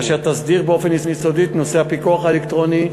אשר תסדיר באופן יסודי את נושא הפיקוח האלקטרוני,